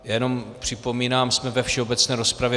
Jenom připomínám, jsme ve všeobecné rozpravě.